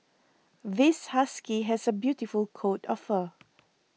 this husky has a beautiful coat of fur